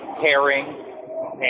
caring